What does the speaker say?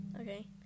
Okay